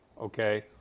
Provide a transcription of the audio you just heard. okay